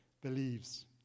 believes